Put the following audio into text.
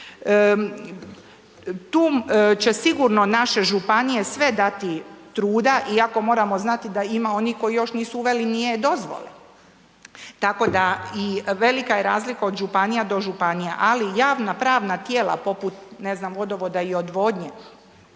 Tu će sigurno naše županije sve dati truda iako moramo znati da ima onih koji još nisu uveli ni e-Dozvole, tako da i velika je razlika od županija do županija. Ali, javna pravna tijela poput, ne znam, Vodovoda i odvodnje,